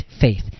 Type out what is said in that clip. faith